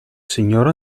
signor